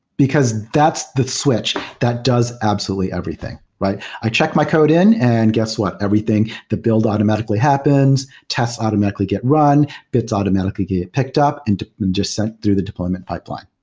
because that's the switch that does absolutely everything. but i check my code in, and guess what? everything, the build automatically happens, tests automatically get run, bits automatically get picked up and just sent through the department pipeline.